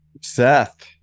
Seth